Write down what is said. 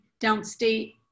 downstate